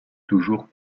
toujours